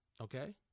okay